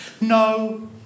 No